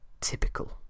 Typical